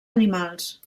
animals